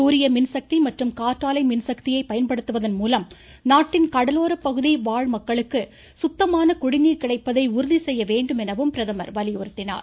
சூரிய மின்சக்தி மற்றும் காற்றாலை மின்சக்தியை பயன்படுத்துவதன் மூலம் நாட்டின் கடலோர பகுதி வாழ் மக்களுக்கு சுத்தமான குடிநீர் கிடைப்பதை உறுதி செய்ய வேண்டும் எனவும் பிரதமர் வலியுறுத்தினார்